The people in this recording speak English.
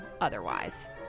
otherwise